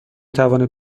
توانید